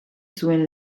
zuen